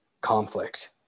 conflict